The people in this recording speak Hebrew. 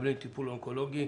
ומקבלים טיפול אונקולוגי